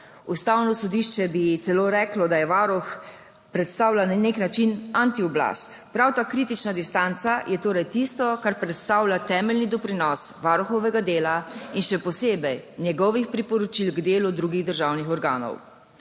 Ustavno sodišče bi celo reklo, da Varuh predstavlja na nek način antioblast. Prav ta kritična distanca je torej tisto, kar predstavlja temeljni doprinos Varuhovega dela in še posebej njegovih priporočil k delu drugih državnih organov.